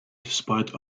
despite